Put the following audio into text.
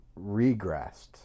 regressed